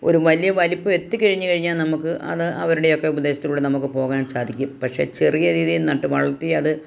ഒരു വലിയ വലിപ്പം എത്തി കഴിഞ്ഞു കഴിഞ്ഞാൽ നമുക്ക് അത് അവരുടെയൊക്കെ ഉപദേശത്തിലൂടെ നമുക്ക് പോകാൻ സാധിക്കും പക്ഷേ ചെറിയ രീതിയിൽ നട്ട് വളർത്തി അത്